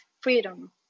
freedom